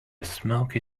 smoky